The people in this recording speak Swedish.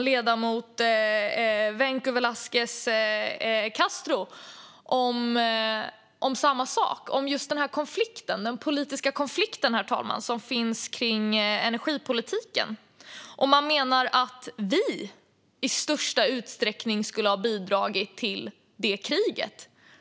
Ledamoten Vencu Velasquez Castro talar om samma sak, om just den politiska konflikt som finns kring energipolitiken, och menar att vi i största utsträckning skulle ha bidragit till det kriget.